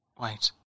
Wait